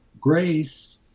grace